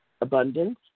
abundance